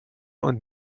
und